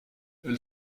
elle